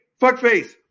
fuckface